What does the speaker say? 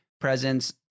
presence